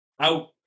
out